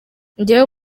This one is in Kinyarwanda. njyewe